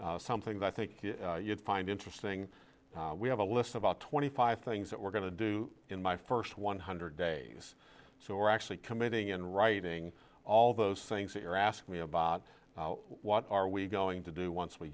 together some things i think you'd find interesting we have a list of about twenty five things that we're going to do in my first one hundred days so we're actually committing in writing all those things that you're asking me about what are we going to do once we